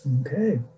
Okay